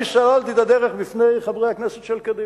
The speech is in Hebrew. אני סללתי את הדרך בפני חברי הכנסת של קדימה.